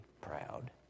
proud